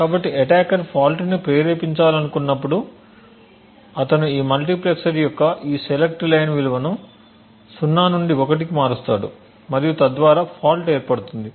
కాబట్టి attacker fault ని ప్రేరేపించాలనుకున్నప్పుడు అతను ఈ మల్టీప్లెక్సర్ యొక్క ఈ సెలెక్ట్ లైన్ విలువను 0 నుండి 1 కి మారుస్తాడు మరియు తద్వారా ఫాల్ట్ ఏర్పడుతుంది